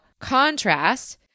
contrast